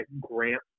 grant